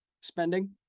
spending